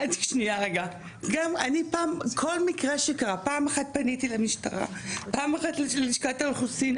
אני פניתי למשטרה, פניתי ללשכה, כתבתי מכתבים.